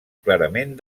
clarament